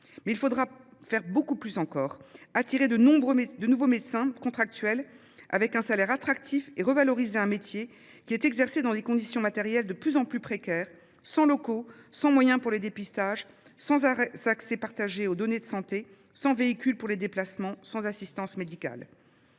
Mais il faudra faire plus encore : attirer de nouveaux médecins contractuels avec un salaire attractif et revaloriser un métier qui est exercé dans des conditions matérielles de plus en plus précaires, sans locaux, sans moyens pour les dépistages, sans accès partagé aux données de santé, sans véhicule pour les déplacements, sans assistance médicale.